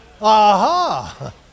Aha